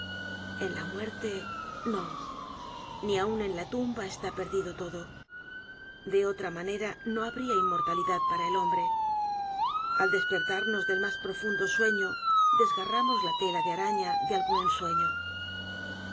en la muerte no ni aun en la t u m b a está perdido todo de otra manera no habría inmortalidad para el hombre al despertarnos del más profundo sueño d e s g a r r a m o s la tela de araña de algún ensueño